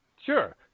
Sure